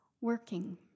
working